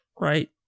right